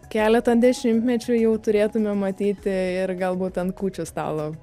keletą dešimtmečių jau turėtume matyti ir galbūt ant kūčių stalo